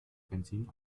benzin